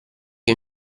che